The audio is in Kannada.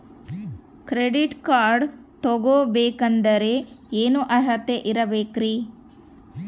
ಕ್ರೆಡಿಟ್ ಕಾರ್ಡ್ ತೊಗೋ ಬೇಕಾದರೆ ಏನು ಅರ್ಹತೆ ಇರಬೇಕ್ರಿ?